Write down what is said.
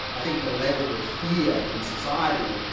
i think the level of fear in society,